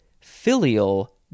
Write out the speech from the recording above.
filial